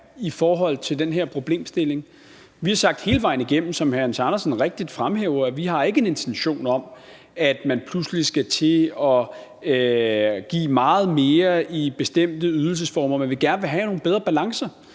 i forhold til den her problemstilling. Vi har hele vejen igennem sagt, som hr. Hans Andersen rigtigt fremhæver, at vi ikke har en intention om, at man pludselig skal til at give meget mere i bestemte ydelsesformer, men at vi gerne vil have nogle bedre balancer.